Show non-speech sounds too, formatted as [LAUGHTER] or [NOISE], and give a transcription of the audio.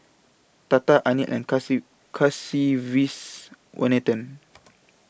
Tata Anil and [UNINTELLIGIBLE] Kasiviswanathan